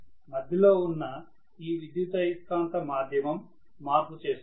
మధ్యలో ఉన్న ఈ విద్యుదయస్కాంత మాధ్యమం మార్పు చేస్తుంది